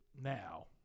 now